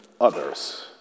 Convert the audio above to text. others